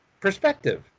perspective